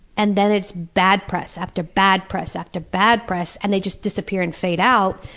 and then it's bad press after bad press after bad press, and they just disappear and fade out,